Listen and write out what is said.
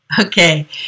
Okay